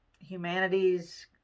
Humanities